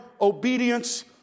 obedience